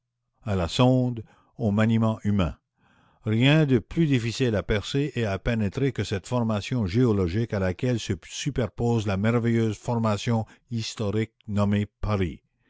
à la sonde au maniement humain rien de plus difficile à percer et à pénétrer que cette formation géologique à laquelle se superpose la merveilleuse formation historique nommée paris